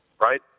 right